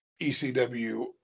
ECW